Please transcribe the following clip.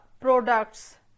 products